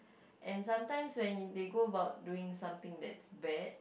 and sometimes when they go about doing something that is bad